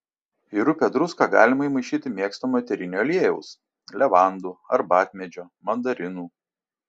į rupią druską galima įmaišyti mėgstamo eterinio aliejaus levandų arbatmedžio mandarinų